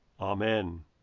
Amen